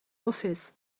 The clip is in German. office